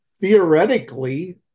theoretically